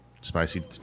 Spicy